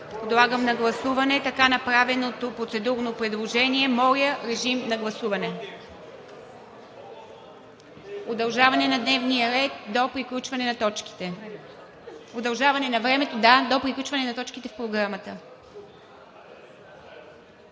Подлагам на гласуване така направеното процедурно предложение – удължаване на дневния ред до приключване на точките. Удължаване на времето до приключване на точките в Програмата.